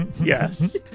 yes